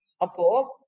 Apo